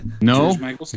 No